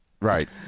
Right